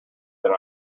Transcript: than